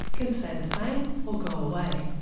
can stay the same or go away.